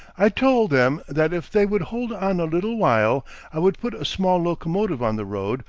i told them that if they would hold on a little while i would put a small locomotive on the road,